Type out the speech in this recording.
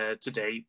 today